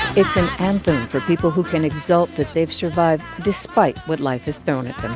it's an anthem for people who can exult that they've survived despite what life has thrown at them